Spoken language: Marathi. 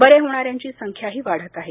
बरे होणाऱ्यांची संख्याही वाढत आहे